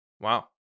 wow